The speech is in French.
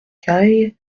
cail